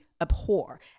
abhor